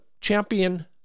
champion